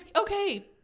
okay